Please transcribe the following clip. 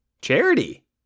Charity